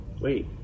wait